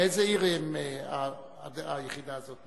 מאיזו עיר היחידה הזאת?